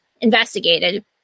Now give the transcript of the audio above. investigated